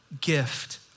gift